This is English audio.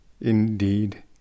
Indeed